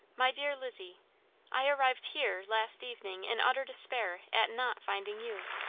my dear lizzie i arrived here last evening in utter despair at not finding you.